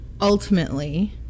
Ultimately